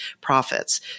profits